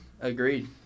agreed